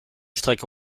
strecke